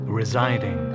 residing